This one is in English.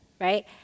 right